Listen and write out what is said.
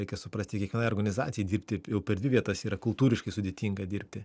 reikia suprasti kiekvienai organizacijai dirbti jau per dvi vietas yra kultūriškai sudėtinga dirbti